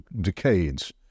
decades